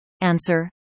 Answer